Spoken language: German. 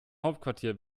hauptquartier